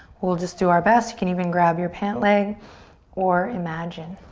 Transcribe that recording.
we'll just do our best. you can even grab your pant leg or imagine.